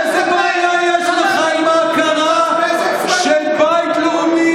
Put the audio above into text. איזו בעיה יש לך עם ההכרה של בית לאומי